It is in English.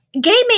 gaming